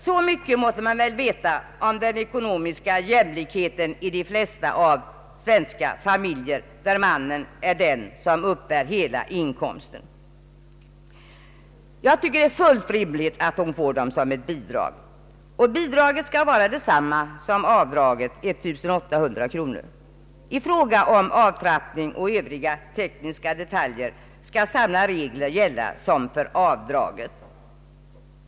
Så mycket måtte man väl veta om den ekonomiska jämlikheten i de flesta svenska familjer där mannen är den som uppbär bela inkomsten. Jag tycker att det är fullt rimligt att hon får pengarna som ett bidrag. Bidraget skall vara detsamma som avdraget, alltså 1 800 kronor. I fråga om avtrappning och övriga tekniska detaljer skall samma regler gälla som för avdraget.